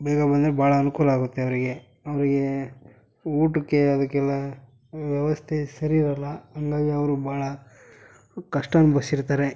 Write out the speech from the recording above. ಬೇಗ ಬಂದರೆ ಬಹಳ ಅನುಕೂಲ ಆಗುತ್ತೆ ಅವರಿಗೆ ಅವರಿಗೆ ಊಟಕ್ಕೆ ಅದಕ್ಕೆಲ್ಲ ವ್ಯವಸ್ಥೆ ಸರಿ ಇರಲ್ಲ ಹಾಗಾಗಿ ಅವರು ಬಹಳ ಕಷ್ಟ ಅನುಭವಿಸಿರ್ತಾರೆ